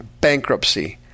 bankruptcy